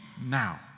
now